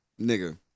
Nigga